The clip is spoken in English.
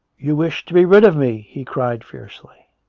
you wish to be rid of me! he cried fiercely.